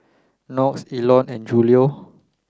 Knox Elon and Julio